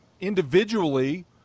individually